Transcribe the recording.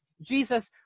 Jesus